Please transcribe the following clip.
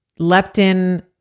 leptin